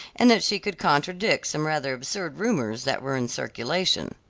and that she could contradict some rather absurd rumors that were in circulation.